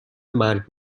مرگ